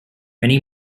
many